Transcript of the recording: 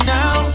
now